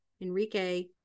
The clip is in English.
Enrique